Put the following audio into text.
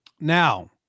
Now